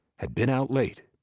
had been out late,